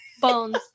Bones